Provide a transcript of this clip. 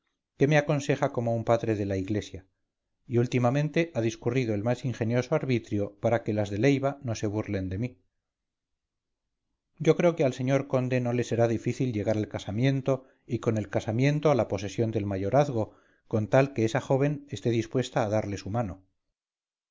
que me aconseja como un padre de la iglesia y últimamente ha discurrido el más ingenioso arbitrio para que las de leiva no se burlen de mí yo creo que al señor conde no le será difícil llegar al casamiento y con el casamiento a la posesión del mayorazgo con tal que esa joven esté dispuesta a darle su mano